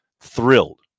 thrilled